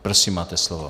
Prosím, máte slovo.